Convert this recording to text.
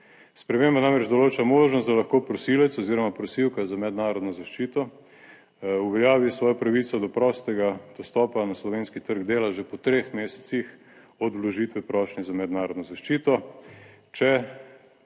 Sprememba namreč določa možnost, da lahko prosilec oziroma prosilka za mednarodno zaščito uveljavi svojo pravico do prostega dostopa na slovenski trg dela že po treh mesecih od vložitve prošnje za mednarodno zaščito,